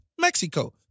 Mexico